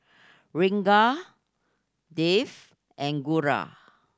Ranga Dev and Guru